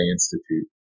Institute